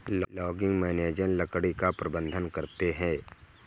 logging manager लकड़ी का प्रबंधन करते है